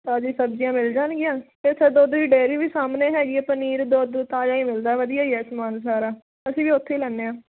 ਤਾਜ਼ੀ ਸਬਜ਼ੀਆਂ ਮਿਲ ਜਾਣਗੀਆਂ ਅਤੇ ਉੱਥੇ ਦੁੱਧ ਦੀ ਡੇਰੀ ਵੀ ਸਾਹਮਣੇ ਹੈਗੀ ਆ ਪਨੀਰ ਦੁੱਧ ਤਾਜ਼ਾ ਹੀ ਮਿਲਦਾ ਵਧੀਆ ਹੀ ਆ ਸਮਾਨ ਸਾਰਾ ਅਸੀਂ ਵੀ ਉੱਥੋਂ ਹੀ ਲੈਂਦੇ ਹਾਂ